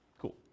cool